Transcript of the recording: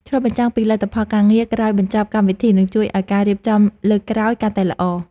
ឆ្លុះបញ្ចាំងពីលទ្ធផលការងារក្រោយបញ្ចប់កម្មវិធីនឹងជួយឱ្យការរៀបចំលើកក្រោយកាន់តែល្អ។